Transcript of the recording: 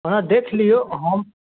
ओना देख लियौ हम